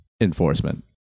enforcement